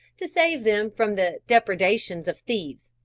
to save them from the depredations of thieves,